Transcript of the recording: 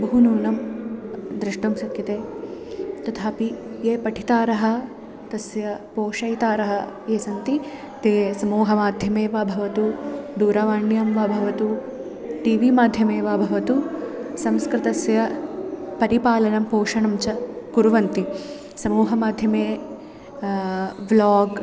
बहु नूनं द्रष्टुं शक्यते तथापि ये पठितारः तस्य पोषयितारः ये सन्ति ते समूहमाध्यमे वा भवतु दूरवाण्यां वा भवतु टी वी माध्यमे वा भवतु संस्कृतस्य परिपालनं पोषणं च कुर्वन्ति समूहमाध्यमे व्लाग्